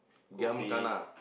kopi